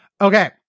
Okay